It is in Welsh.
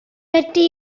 wedi